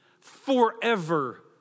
forever